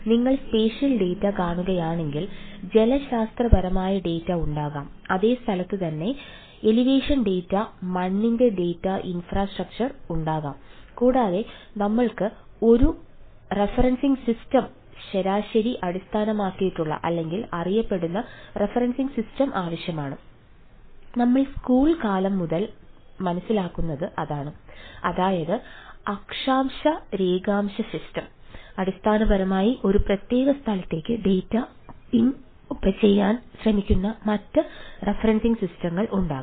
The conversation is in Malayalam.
നിങ്ങൾ സ്പേഷ്യൽ ഡാറ്റ പിൻ ചെയ്യാൻ ശ്രമിക്കുന്ന മറ്റ് റഫറൻസിംഗ് സിസ്റ്റങ്ങൾ ഉണ്ടാകാം